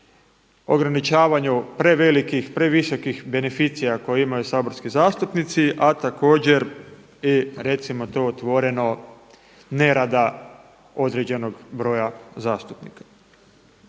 ograničavanju prevelikih, previsokih beneficija koje imaju saborski zastupnici, a također i recimo to otvoreno nerada određenog broja zastupnika.